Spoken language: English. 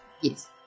yes